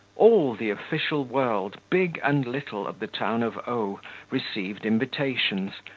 all the official world, big and little, of the town of o received invitations,